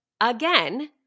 again